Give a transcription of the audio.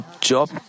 Job